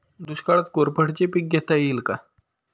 दुष्काळात कोरफडचे पीक घेता येईल का?